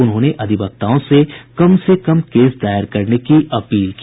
उन्होंने अधिवक्ताओं से कम से कम केस दायर करने की अपील की